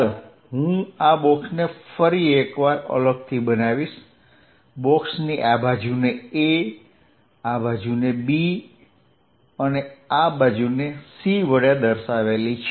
ચાલો હું આ બોક્સને ફરી એક વાર અલગથી બનાવીશ બોક્સની આ બાજુને a આ બાજુને b વડે અને આ બાજુ c વડે દર્શાવેલી છે